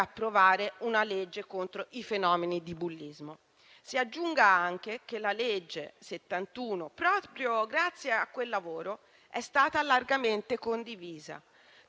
approvare una legge contro i fenomeni di bullismo. Si aggiunga anche che la legge n. 71 del 2017, proprio grazie a quel lavoro, è stata largamente condivisa